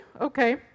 Okay